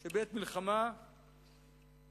שבעת מלחמה היצר